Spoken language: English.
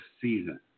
season